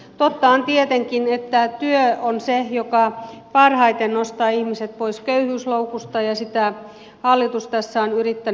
totta on tietenkin että työ on se joka parhaiten nostaa ihmiset pois köyhyysloukusta ja sitä hallitus tässä on yrittänyt tehdä